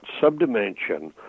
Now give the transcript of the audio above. subdimension